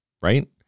Right